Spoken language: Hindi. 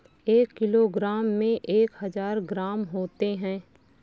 एक किलोग्राम में एक हजार ग्राम होते हैं